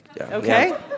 Okay